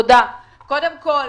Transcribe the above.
כל,